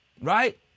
Right